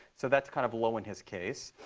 so that's kind of low in his case.